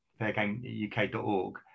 fairgameuk.org